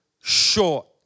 short